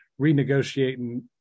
renegotiating